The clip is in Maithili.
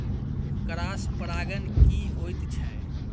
क्रॉस परागण की होयत छै?